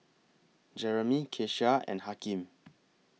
Jeremy Keshia and Hakeem